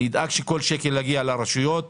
אני אדאג שכל שקל יגיע לרשויות המקומיות.